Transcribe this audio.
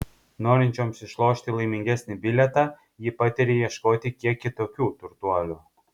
norinčioms išlošti laimingesnį bilietą ji pataria ieškoti kiek kitokių turtuolių